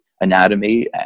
anatomy